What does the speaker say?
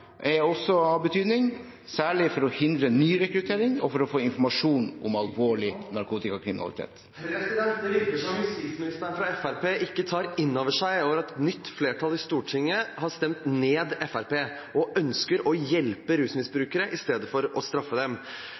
er også av betydning, særlig for å hindre nyrekruttering og for å få informasjon om alvorlig narkotikakriminalitet.» Det virker som justisministeren fra Fremskrittspartiet ikke tar inn over seg at et nytt flertall i Stortinget har stemt ned Fremskrittspartiet og ønsker å hjelpe rusmisbrukere i stedet for å straffe dem.